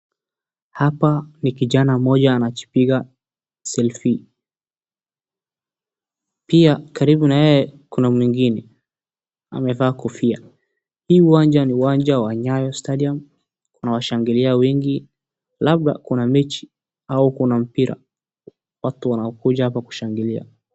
Hapa ni kijana mmoja anajipiga selfie . Pia karibu na yeye kuna mwingine, amevaa kofia. Hii uwanja ni uwanja wa Nyayo Stadium, kuna washangilia wengi, labda kuna mechi, au kuna mpira, watu wanakuja hapa kushangilia.